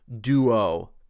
duo